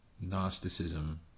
Gnosticism